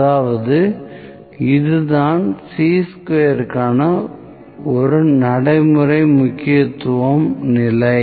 அதாவது இதுதான் சீ ஸ்கொயர்கான ஒரு நடைமுறை முக்கியத்துவம் நிலை